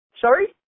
Sorry